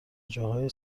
جاهای